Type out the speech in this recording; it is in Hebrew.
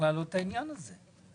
להעלות את העניין הזה.